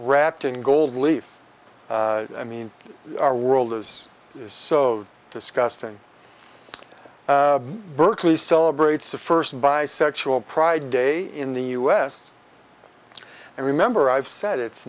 wrapped in gold leaf i mean our world is is so disgusting berkeley celebrates the first bisexual pride day in the u s and remember i've said it's